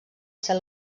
ser